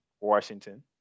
washington